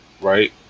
right